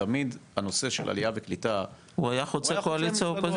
תמיד הנושא של עלייה וקליטה --- הוא היה חוצה קואליציה אופוזיציה.